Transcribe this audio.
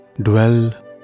Dwell